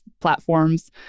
platforms